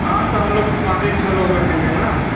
हाँ तो हम लोग पाँच छः लोग रहेंगे ना